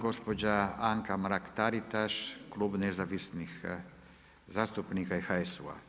Gospođa Anka Mrak-Taritaš, Klub nezavisnih zastupnika i HSU-a.